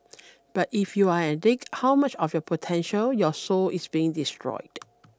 but if you're an addict how much of your potential your soul is being destroyed